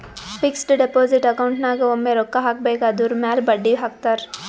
fixed deposit account ನಾಗ್ ಒಮ್ಮೆ ರೊಕ್ಕಾ ಹಾಕಬೇಕ್ ಅದುರ್ ಮ್ಯಾಲ ಬಡ್ಡಿ ಹಾಕ್ತಾರ್